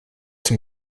zum